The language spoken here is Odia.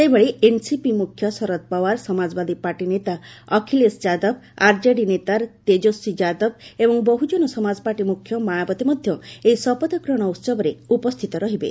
ସେହିଭଳି ଏନ୍ସିପି ମୁଖ୍ୟ ଶରଦ ପାୱାର ସମାଜବାଦୀ ପାର୍ଟି ନେତା ଅଖିଳେଶ ଯାଦବ ଆର୍ଜେଡି ନେତା ତେଜସ୍ୱୀ ଯାଦବ ଏବଂ ବହୁଜନ ସମାଜ ପାର୍ଟି ମୁଖ୍ୟ ମାୟାବତୀ ମଧ୍ୟ ଏହି ଶପଥଗ୍ରହଣ ଉସବରେ ଉପସ୍ଥିତ ରହିବେ